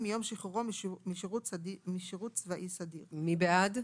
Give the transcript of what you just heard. מיום שחרורו משירות צבאי סדיר." מי בעד?